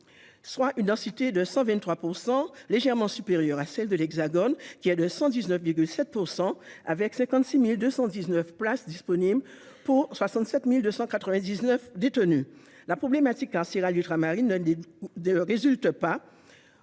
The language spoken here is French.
soit une densité carcérale de 123 %, légèrement supérieure à celle de l'Hexagone, qui est de 119,7 %, avec 56 219 places disponibles pour 67 299 détenus. Mais la problématique carcérale ultramarine ne réside pas